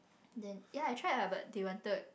then ya I tried lah but they wanted